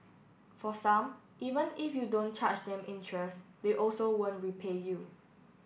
for some even if you don't charge them interest they also won't repay you